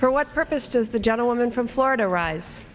for what purpose does the gentleman from florida rise